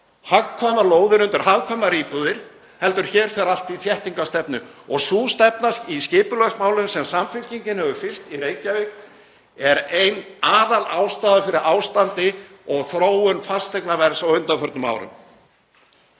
hagkvæmar lóðir undir hagkvæmar íbúðir, heldur fer allt í þéttingarstefnu? Sú stefna í skipulagsmálum sem Samfylkingin hefur fylgt í Reykjavík er ein aðalástæðan fyrir ástandi og þróun fasteignaverðs á undanförnum árum.